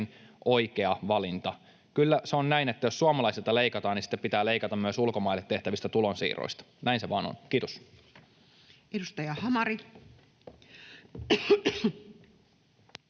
oikea valinta. Kyllä se on näin, että jos suomalaisilta leikataan, niin sitten pitää leikata myös ulkomaille tehtävistä tulonsiirroista. Näin se vain on. — Kiitos. [Speech 132]